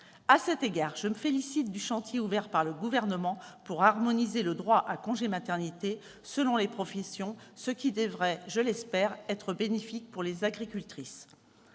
À cet égard, je me félicite du chantier ouvert par le Gouvernement pour harmoniser le droit à congé maternité selon les professions, ce qui devrait être, je l'espère, bénéfique pour les agricultrices.